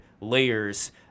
layers